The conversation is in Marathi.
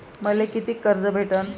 मले कितीक कर्ज भेटन?